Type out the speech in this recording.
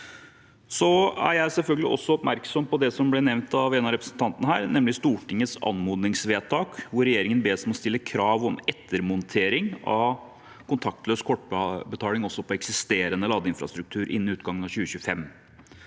Jeg er selvfølgelig også oppmerksom på det som ble nevnt av en av representantene her, nemlig Stortingets anmodningsvedtak, hvor regjeringen bes om å stille krav om ettermontering av kontaktløs kortbetaling også på eksisterende ladeinfrastruktur innen utgangen av 2025.